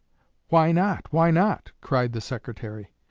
why not? why not? cried the secretary.